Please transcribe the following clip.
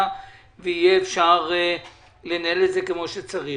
ויהיה אפשר לנהל את זה כמו שצריך.